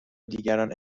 دیگران